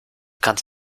kannst